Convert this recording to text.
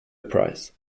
price